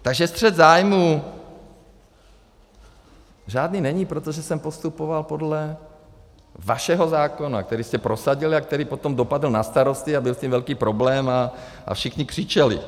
Takže střet zájmů žádný není, protože jsem postupoval podle vašeho zákona, který jste prosadili a který potom dopadl na starosty a byl s tím velký problém a všichni křičeli.